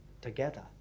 together